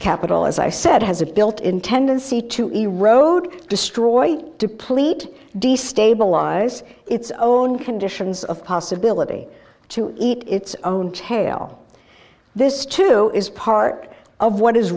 capital as i said has a built in tendency to erode destroy deplete destabilize its own conditions of possibility to eat its own tail this too is part of what is